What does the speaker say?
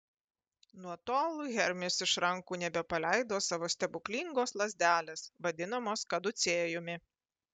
nuo tol hermis iš rankų nebepaleido savo stebuklingos lazdelės vadinamos kaducėjumi